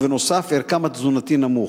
ובנוסף ערכם התזונתי נמוך.